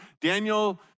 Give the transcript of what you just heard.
Daniel